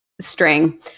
string